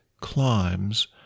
climbs